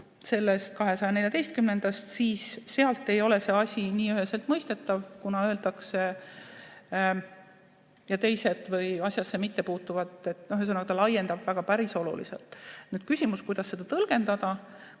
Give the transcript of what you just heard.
sellest §‑st 214, siis seal ei ole see asi nii üheselt mõistetav, kuna seal öeldakse: ja teised või asjasse mittepuutuvad. Ühesõnaga, ta laiendab seda päris oluliselt. Nüüd on küsimus, kuidas seda tõlgendada.